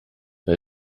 bei